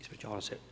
Ispričavam se.